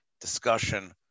discussion